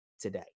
today